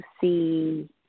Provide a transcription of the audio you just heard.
see